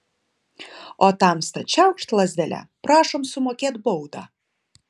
o tamsta čiaukšt lazdele prašom sumokėt baudą